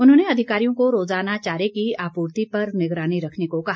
उन्होंने अधिकारियों को रोज़ाना चारे की आपूर्ति पर निगरानी रखने को कहा